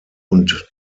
und